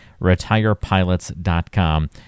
retirepilots.com